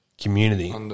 community